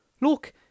Look